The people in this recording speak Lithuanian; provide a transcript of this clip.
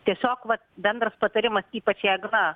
tiesiog vat bendras patarimas ypač jeigu na